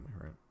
right